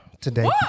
today